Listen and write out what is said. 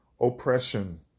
oppression